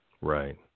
Right